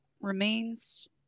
remains